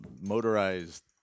motorized